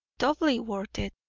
doubly worth it,